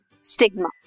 stigma